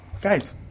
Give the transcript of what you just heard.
guys